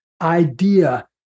idea